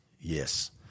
yes